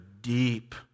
deep